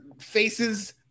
faces